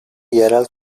yerel